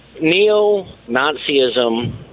neo-Nazism